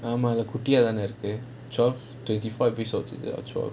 ஆமா அது குட்டிய தான இருக்கு:aamaa athu kuttiya thaana irukku so twenty four episodes தான்:thaan show